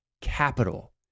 capital